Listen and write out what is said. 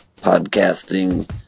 podcasting